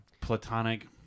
platonic